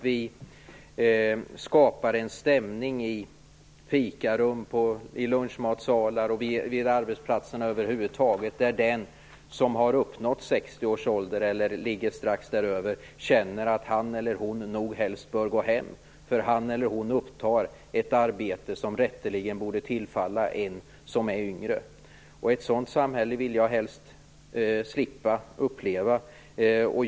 Vi kan i fikarum och lunchmatsaler, över huvud taget på arbetsplatserna, komma att skapa en stämning där den som har uppnått 60 års ålder eller ligger strax däröver känner att han eller hon nog helst bör gå hem, därför att han eller hon upptar ett arbete som rätteligen borde tillfalla någon som är yngre. Ett sådant samhälle vill jag helst slippa uppleva.